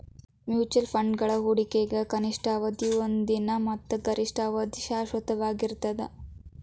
mutual ಫಂಡ್ಗಳ ಹೂಡಿಕೆಗ ಕನಿಷ್ಠ ಅವಧಿಯ ಒಂದ ದಿನ ಮತ್ತ ಗರಿಷ್ಠ ಅವಧಿಯ ಶಾಶ್ವತವಾಗಿರ್ತದ